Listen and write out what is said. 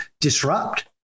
disrupt